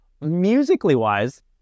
Musically-wise